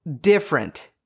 different